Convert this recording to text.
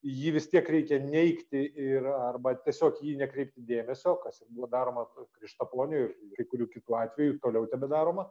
jį vis tiek reikia neigti ir arba tiesiog į jį nekreipti dėmesio kas ir buvo daroma krištaponio ir kai kurių kitų atveju toliau tebedaroma